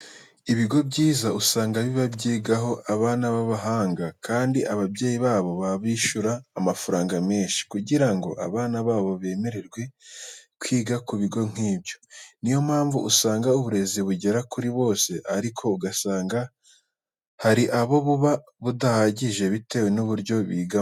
Ibigo byiza usanga biba byigaho abana b'abahanga kandi ababyeyi babo baba bishyura amafaranga menshi kugira ngo abana babo bemererwe kwiga ku bigo nk'ibyo. Niyo mpamvu usanga uburezi bugera kuri bose ariko ugasanga hari aho buba budahagije bitewe n'uburyo bigamo.